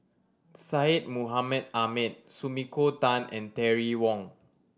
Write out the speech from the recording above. Syed Mohamed Ahmed Sumiko Tan and Terry Wong